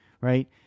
right